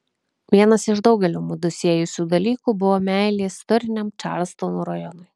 vienas iš daugelio mudu siejusių dalykų buvo meilė istoriniam čarlstono rajonui